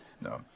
no